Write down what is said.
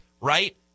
right